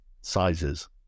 sizes